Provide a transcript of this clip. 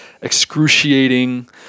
excruciating